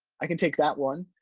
i can take that one.